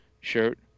shirt